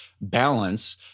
balance